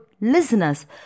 listeners